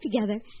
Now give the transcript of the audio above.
together